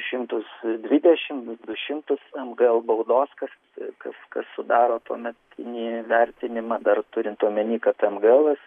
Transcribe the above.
šimtus dvidešimt du šimtus mgl baudos kas kas sudaro tuomet nė vertinimą dar turint omeny kad mgelas